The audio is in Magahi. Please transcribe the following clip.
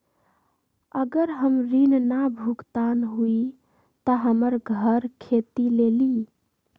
अगर हमर ऋण न भुगतान हुई त हमर घर खेती लेली?